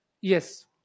Yes